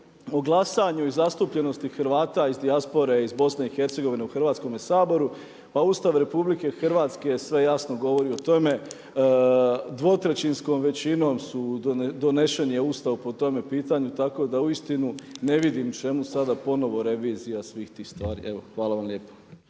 o glasanju i zastupljenosti Hrvata iz dijaspore iz BiH u Hrvatskome saboru pa Ustav Republike Hrvatske sve jasno govori o tome. Dvotrećinskom većinom donesen je Ustav po tome pitanju tako da uistinu ne vidim čemu sada ponovno revizija svih tih stvari. Evo, hvala vam lijepo.